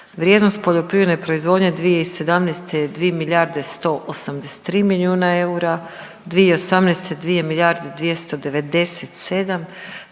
Vrijednost poljoprivredne proizvodnje 2017. je 2 milijarde 183 milijuna eura, 2018. 2 milijarde 297,